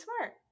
smart